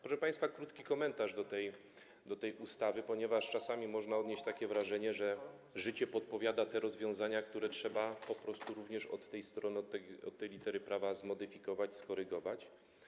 Proszę państwa, krótki komentarz do tej ustawy, ponieważ czasami można odnieść wrażenie, że życie podpowiada rozwiązania, które trzeba po prostu od tej strony, litery prawa, zmodyfikować, skorygować.